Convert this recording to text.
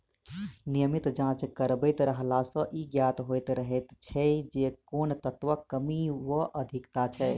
नियमित जाँच करबैत रहला सॅ ई ज्ञात होइत रहैत छै जे कोन तत्वक कमी वा अधिकता छै